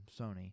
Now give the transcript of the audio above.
Sony